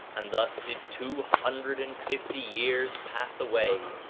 and thus did two hundred and fifty years pass away,